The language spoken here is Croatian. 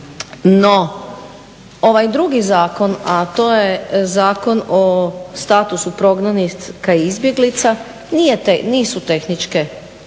No ovaj drugi zakon, a to je Zakon o statusu prognanika i izbjeglica nisu tehničke izmjene